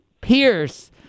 Pierce